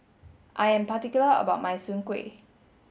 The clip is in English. I am particular about my Soon Kway